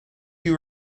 you